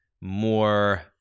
more